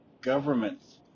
governments